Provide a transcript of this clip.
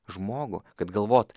žmogų kad galvot